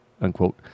unquote